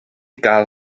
gael